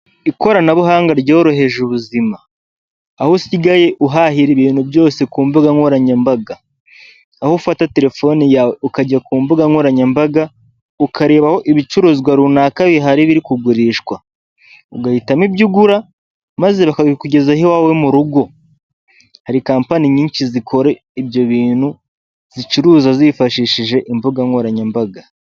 Ikoranabuhanga ryoroheje ubuzima, aho usigaye uhahira ibintu byose ku mbuga nkoranyambaga, aho ufata telefone yawe ukajya ku mbuga nkoranyambaga, ukareba aho ibicuruzwa runaka bihari biri kugurishwa, ugahitamo ibyo ugura, maze bakabikugezaho iwawe mu rugo, hari kampani nyinshi zikora ibyo bintu zicuruza zifashishije imbuga nkoranyambaga.